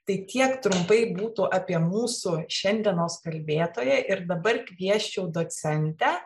tai tiek trumpai būtų apie mūsų šiandienos kalbėtoją ir dabar kviesčiau docentę